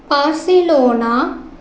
Barcelona